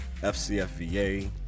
FCFVA